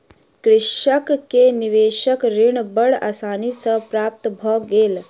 कृषक के निवेशक ऋण बड़ आसानी सॅ प्राप्त भ गेल